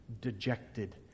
dejected